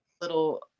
little